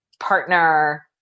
partner